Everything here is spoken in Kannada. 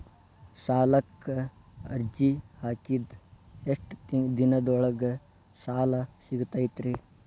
ಸಾಲಕ್ಕ ಅರ್ಜಿ ಹಾಕಿದ್ ಎಷ್ಟ ದಿನದೊಳಗ ಸಾಲ ಸಿಗತೈತ್ರಿ?